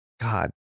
God